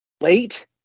late